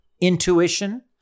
intuition